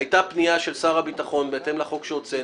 הייתה פניה של שר הביטחון, בהתאם לחוק שהוצאנו,